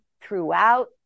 throughout